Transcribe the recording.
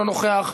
אינה נוכחת,